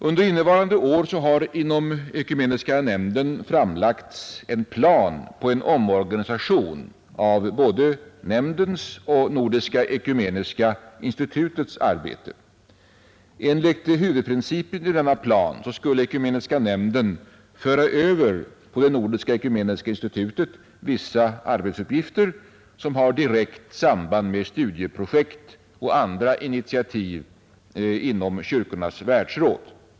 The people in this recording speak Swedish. Under innevarande år har inom Ekumeniska nämnden framlagts en plan på en omorganisation av både nämndens och Nordiska ekumeniska institutets arbete. Enligt huvudprincipen i denna plan skulle Ekumeniska nämnden föra över på Nordiska ekumeniska institutet vissa arbetsuppgifter som har direkt samband med studieprojekt och andra initiativ inom Kyrkornas världsråd.